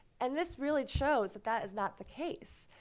and this really shows that that is not the case.